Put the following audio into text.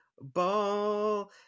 ball